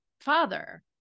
father